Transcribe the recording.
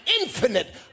infinite